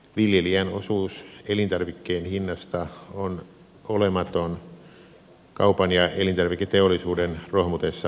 viljelijän osuus elintarvikkeen hinnasta on olematon kaupan ja elintarviketeollisuuden rohmutessa valtaosan